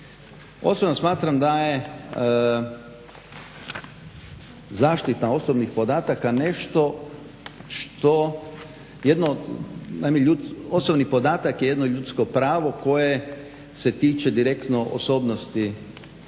Osobno smatram da je zaštita osobnih podataka nešto što, osobni podatak je jedno ljudsko pravo koje se tiče direktno osobnosti